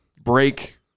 break